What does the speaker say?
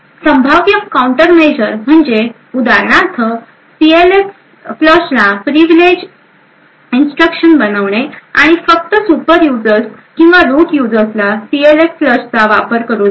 संभाव्य काउंटरमेजर म्हणजे उदाहरणार्थ सीएलएफफ्लशला प्रीव्हिलेज इन्स्ट्रक्शन बनविणे आणि फक्त सुपर यूजर्स किंवा रूट यूजर्सला सीएलफ्लश चा वापर करू देणे